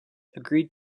agreed